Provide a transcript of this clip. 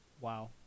Wow